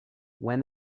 when